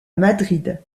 madrid